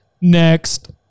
Next